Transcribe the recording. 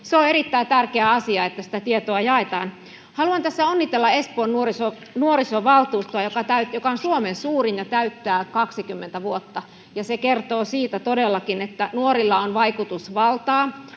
Se on erittäin tärkeä asia, että sitä tietoa jaetaan. Haluan tässä onnitella Espoon nuorisovaltuustoa, joka on Suomen suurin ja täyttää 20 vuotta. Se kertoo siitä todellakin, että nuorilla on vaikutusvaltaa,